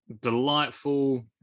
Delightful